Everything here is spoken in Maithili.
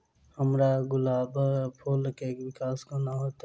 हम्मर गुलाब फूल केँ विकास कोना हेतै?